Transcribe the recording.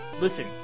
listen